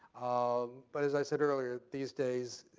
um but as i said earlier, these days,